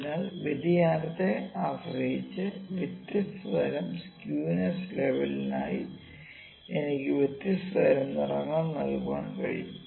അതിനാൽ വ്യതിയാനത്തെ ആശ്രയിച്ച് വ്യത്യസ്ത തരം സ്ക്യുവ്നെസ് ലെവലിനായി എനിക്ക് വ്യത്യസ്ത തരം നിറങ്ങൾ നൽകാൻ കഴിയും